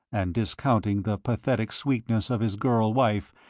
and discounting the pathetic sweetness of his girl-wife,